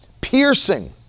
piercing